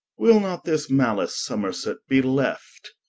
will not this malice somerset be left?